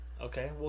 Okay